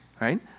right